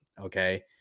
okay